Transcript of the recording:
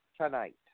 tonight